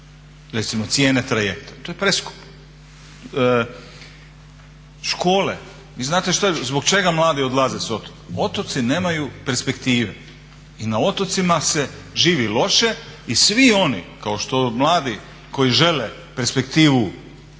Recimo cijene trajekta to je preskupo. Škole, vi znate zbog čega mladi odlaze s otoka? Otoci nemaju perspektive i na otocima se živi loše i svi oni kao što mladi koji žele perspektivu,